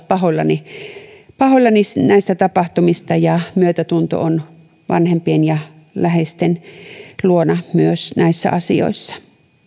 pahoillani pahoillani näistä tapahtumista ja myötätunto on vanhempien ja läheisten luona myös näissä asioissa